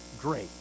great